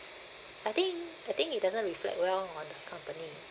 I think I think it doesn't reflect well on the company